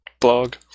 blog